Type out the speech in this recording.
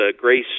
Grace